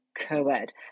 co-ed